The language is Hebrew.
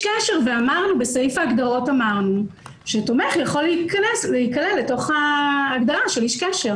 ובסעיף ההגדרות אמרנו שתומך יכול להיכלל בהגדרה "איש קשר".